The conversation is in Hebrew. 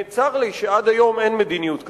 צר לי שעד היום אין מדיניות כזאת.